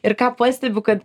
ir ką pastebiu kad